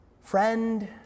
friend